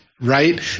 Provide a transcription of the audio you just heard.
right